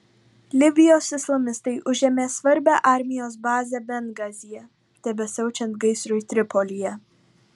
libijos islamistai užėmė svarbią armijos bazę bengazyje tebesiaučiant gaisrui tripolyje